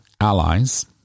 allies